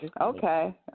Okay